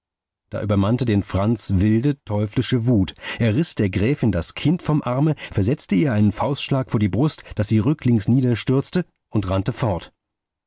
da übermannte den franz wilde teuflische wut er riß der gräfin das kind vom arme versetzte ihr einen faustschlag vor die brust daß sie rücklings niederstürzte und rannte fort